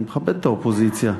אני מכבד את האופוזיציה.